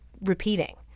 repeating